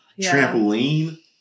trampoline